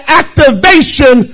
activation